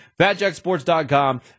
FatJackSports.com